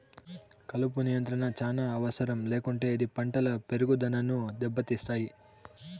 కలుపు నియంత్రణ చానా అవసరం లేకుంటే ఇది పంటల పెరుగుదనను దెబ్బతీస్తాయి